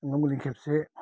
ओंखाम गोरलैनि खेबसे